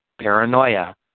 paranoia